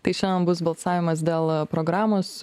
tai šiandien bus balsavimas dėl programos